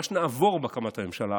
מה שנעבור בהקמת הממשלה הבאה,